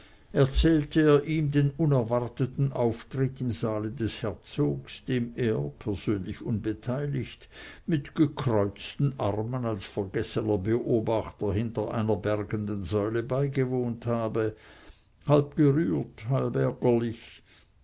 erzählte er ihm den unerwarteten auftritt im saale des herzogs dem er persönlich unbeteiligt mit gekreuzten armen als vergessener beobachter hinter einer bergenden säule beigewohnt habe halb gerührt halb ärgerlich